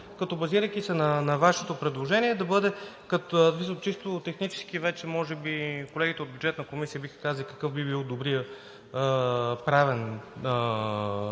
натиск, базирайки се на Вашето предложение, да бъде чисто технически, а може би колегите от Бюджетна комисия биха казали какъв би бил добрият правен